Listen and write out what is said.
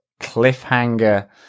cliffhanger